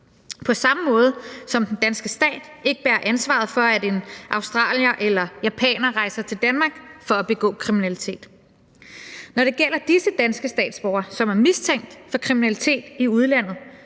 på samme måde som den danske stat ikke bærer ansvaret for, at en australier eller japaner rejser til Danmark for at begå kriminalitet. Når det gælder disse danske statsborgere, som er mistænkt for kriminalitet i udlandet,